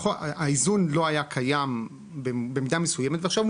האיזון לא היה קיים במידה מסוימת ועכשיו הוא